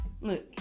Look